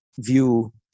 view